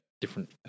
Different